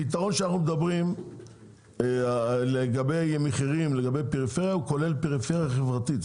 הפתרון שאנחנו מבקשים לגבי המחירים בפריפריה כולל גם פריפריה חברתית.